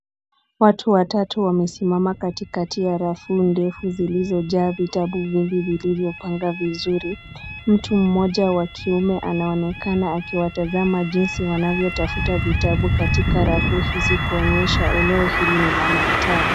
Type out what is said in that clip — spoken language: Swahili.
Watu watatu wamesimama katikati ya rafu ndefu zilizojaa vitabu vingi vilivyopangwa vizuri. Mtu mmoja wa kiume anaonekana akiwatazama jinsi wanavyotafuta vitabu katika rafu hizi kuonyesha eneo hili ni la maktaba.